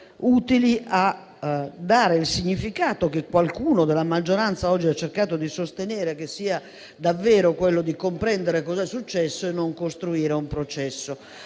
per dare il significato che qualcuno della maggioranza oggi ha cercato di sostenere che l'obiettivo sia davvero quello di comprendere cosa è successo e non costruire un processo.